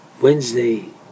Wednesday